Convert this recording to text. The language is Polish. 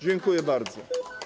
Dziękuję bardzo.